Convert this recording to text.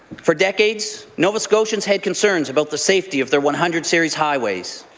for decades, nova scotians had concerns about the safety of their one hundred series highways.